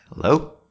Hello